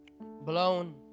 blown